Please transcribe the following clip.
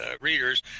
readers